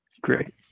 Great